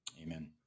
Amen